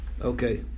Okay